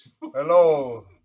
Hello